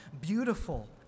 beautiful